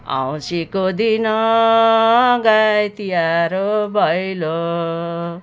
औँसीको दिन हो गाई तिहार हो भैलो